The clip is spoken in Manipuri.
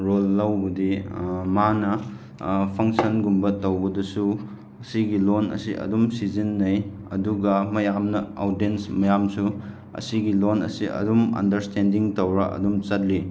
ꯔꯣꯜ ꯂꯧꯕꯗꯤ ꯃꯥꯟꯅ ꯐꯪꯁꯟꯒꯨꯝꯕ ꯇꯧꯕꯗꯁꯨ ꯃꯁꯤꯒꯤ ꯂꯣꯟ ꯑꯁꯤ ꯑꯗꯨꯝ ꯁꯤꯖꯤꯟꯅꯩ ꯑꯗꯨꯒ ꯃꯌꯥꯝꯅ ꯑꯥꯎꯗꯦꯟꯁ ꯃꯌꯥꯝꯁꯨ ꯑꯁꯤꯒꯤ ꯂꯣꯟ ꯑꯁꯤ ꯑꯗꯨꯝ ꯑꯟꯗꯔꯁ꯭ꯇꯦꯟꯗꯤꯡ ꯇꯧꯔ ꯑꯗꯨꯝ ꯆꯠꯂꯤ